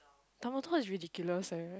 Dumbledore is ridiculous eh